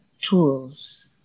tools